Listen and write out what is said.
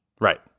Right